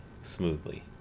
smoothly